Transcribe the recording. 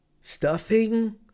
Stuffing